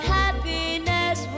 happiness